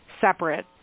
separate